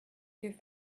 que